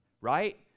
right